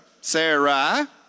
Sarah